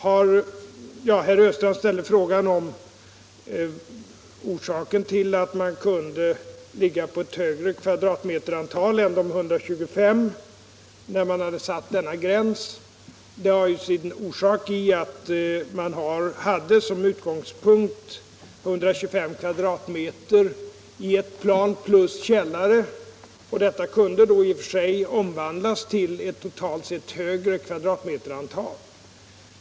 Herr Östrand ställde frågan om orsaken till att man kunde ligga på ett högre kvadratmeterantal än de 125 som satts som gräns. Det har ju sin orsak i att man hade som utgångspunkt 125 m' i ett plan plus källare. Detta kunde då i och för sig omvandlas till ett totalt sett högre kvadratmeterantal.